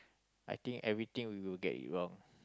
I think everything we will get it wrong